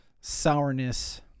sourness